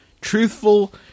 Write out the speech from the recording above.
truthful